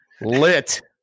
Lit